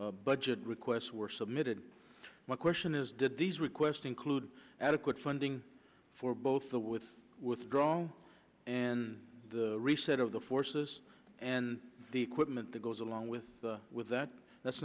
seal budget requests were submitted my question is did these request include adequate funding for both the with withdrawal and the reset of the forces and the equipment that goes along with with that that's